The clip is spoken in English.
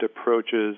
approaches